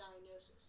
diagnosis